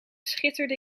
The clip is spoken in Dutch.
schitterde